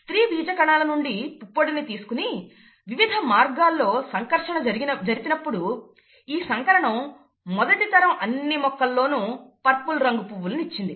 స్త్రీ బీజ కణాల నుండి పుప్పొడిని తీసుకుని వివిధ మార్గాల్లో సంకర్షణ జరిపినప్పుడు ఈ సంకరణం మొదటి తరం అన్ని మొక్కలలోనూ పర్పుల్ రంగు పువ్వులను ఇచ్చింది